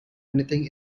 anything